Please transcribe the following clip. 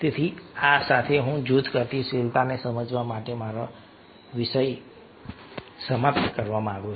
તેથી આ સાથે હું જૂથ ગતિશીલતાને સમજવા પર મારો વિષય સમાપ્ત કરવા માંગુ છું